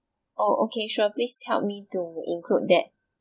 oh okay sure please help me to include that